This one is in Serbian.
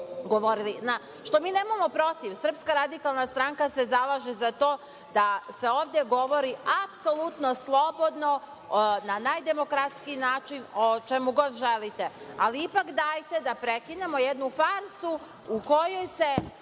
Što mi nemamo protiv. Srpska radikalna stranka se zalaže za to da se ovde govori apsolutno slobodno, na najdemokratskiji način o čemu god želite. Ali, ipak dajte da prekinemo jednu farsu u kojoj